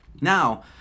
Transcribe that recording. Now